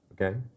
Okay